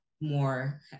More